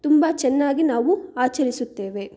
ತುಂಬ ಚೆನ್ನಾಗಿ ನಾವು ಆಚರಿಸುತ್ತೇವೆ